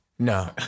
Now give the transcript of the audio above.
No